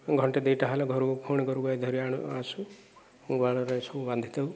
ଘଣ୍ଟେ ଦୁଇଟା ହେଲେ ଘରକୁ ପୁଣି ଘରକୁ ଆଇ ଧରି ଆଣୁ ଆସୁ ଗୁହାଳରେ ସବୁ ବାନ୍ଧିଥାଉ